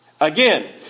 Again